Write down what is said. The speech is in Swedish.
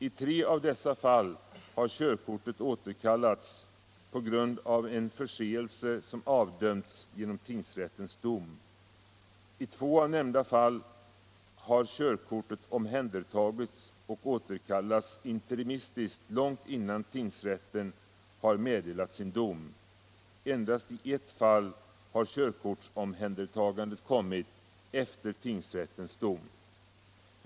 I tre av dessa fall har körkortet återkallats på grund av en förseelse som avdömts genom tingsrättens dom. I två av nämnda fall har körkortet omhändertagits och återkallats interimistiskt långt innan tingsrätten har meddelat sin dom. Endast i ett fall har körkortsomhändertagandet kommit efter tingsrättens dom.